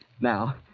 Now